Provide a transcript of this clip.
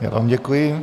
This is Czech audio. Já vám děkuji.